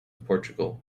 portugal